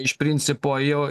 iš principo jo